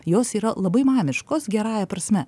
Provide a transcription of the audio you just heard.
jos yra labai mamiškos gerąja prasme